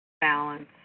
balance